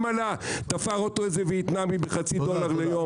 גם תפר אותו ויאטנמי בחצי דולר ליום,